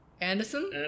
Anderson